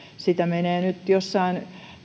sitä menee vain jossain